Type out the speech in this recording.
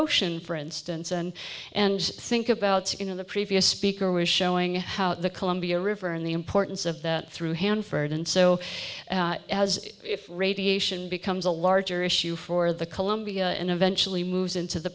ocean for instance and and think about you know the previous speaker was showing how the columbia river and the importance of that through hanford and so as radiation becomes a larger issue for the columbia and actually moves into the